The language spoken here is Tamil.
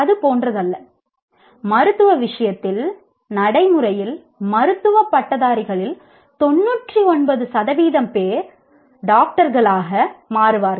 அது போன்றதல்ல மருத்துவ விஷயத்தில் நடைமுறையில் மருத்துவ பட்டதாரிகளில் 99 சதவீதம் பேர் டாக்டர்களாக மாறுவார்கள்